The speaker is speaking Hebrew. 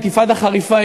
אינתיפאדה חריפה.